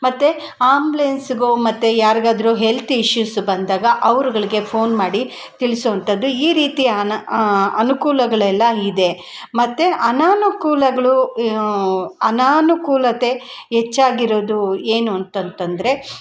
ಮತ್ತು ಆಂಬ್ಲೆನ್ಸ್ಗೋ ಮತ್ತು ಯಾರಿಗಾದ್ರೂ ಹೆಲ್ತ್ ಇಶ್ಯೂಸ್ ಬಂದಾಗ ಅವ್ರುಗಳ್ಗೆ ಫೋನ್ ಮಾಡಿ ತಿಳಿಸೋ ಅಂಥದ್ದು ಈ ರೀತಿ ಅನ ಅನುಕೂಲಗಳಿಗೆಲ್ಲ ಇದೆ ಮತ್ತು ಅನನುಕೂಲಗ್ಳು ಅನನುಕೂಲತೆ ಹೆಚ್ಚಾಗಿರೋದು ಏನು ಅಂತಂತಂದರೆ